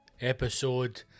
episode